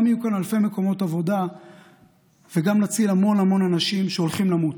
גם יהיו כאן אלפי מקומות עבודה וגם נציל המון המון אנשים שהולכים למות.